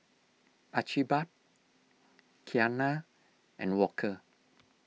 Archibald Keanna and Walker